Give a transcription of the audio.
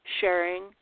sharing